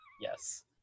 yes